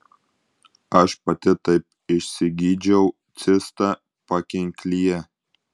aš pati taip išsigydžiau cistą pakinklyje